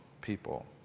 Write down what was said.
people